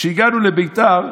כשהגענו לביתר,